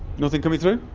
nothing coming through?